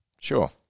Sure